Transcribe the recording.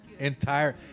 Entire